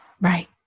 Right